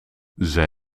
zij